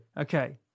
Okay